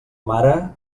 mare